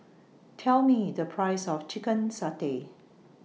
Tell Me The Price of Chicken Satay